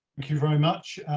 thank you very much,